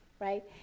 right